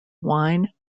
wine